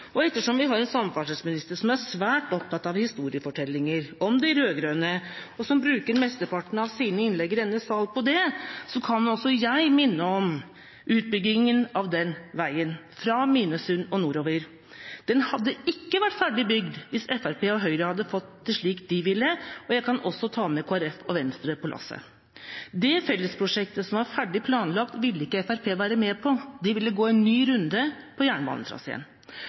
innlegg. Ettersom vi har en samferdselsminister som er svært opptatt av historiefortellinger om de rød-grønne, og som bruker mesteparten av sine innlegg i denne sal på det, kan også jeg minne om utbyggingen av den veien, fra Minnesund og nordover. Den hadde ikke vært ferdig bygd hvis Fremskrittspartiet og Høyre hadde fått det slik de ville – og jeg kan også ta Kristelig Folkeparti og Venstre med på lasset. Det fellesprosjektet, som var ferdig planlagt, ville ikke Fremskrittspartiet være med på. De ville gå en ny runde med jernbanetraseen.